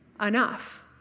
enough